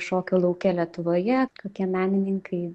šokio lauke lietuvoje kokie menininkai